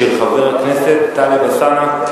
הצעה שמספרה 3979, של חבר הכנסת טלב אלסאנע.